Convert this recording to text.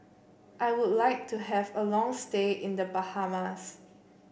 I would like to have a long stay in The Bahamas